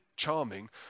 charming